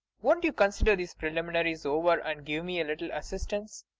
won't you consider these preliminaries over and give me a little assistance?